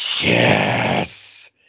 Yes